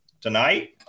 tonight